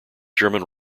german